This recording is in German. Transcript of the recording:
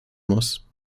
muss